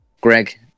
Greg